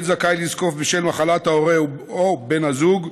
זכאי לזקוף בשל מחלת הורה או בן זוג.